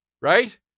Right